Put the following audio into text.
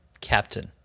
captain